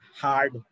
hard